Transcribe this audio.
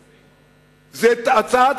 הוא אמר: הטעו אותי,